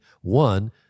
one